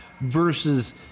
versus